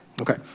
Okay